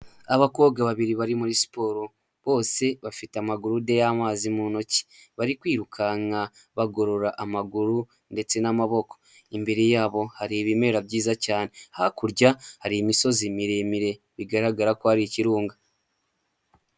Abakobwa babiri bari muri siporo, bose bafite amagurude y'amazi mu ntoki, bari kwirukanka, bagorora amaguru ndetse n'amaboko, imbere yabo hari ibimera byiza cyane, hakurya hari imisozi miremire bigaragara ko ari ikirunga.